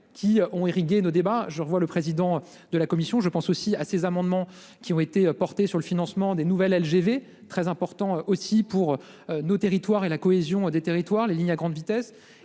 qui ont irrigué nos débats, je vois le président de la commission. Je pense aussi à ces amendements qui ont été portées sur le financement des nouvelles LGV très important aussi pour nos territoires et la cohésion des territoires, les lignes à grande vitesse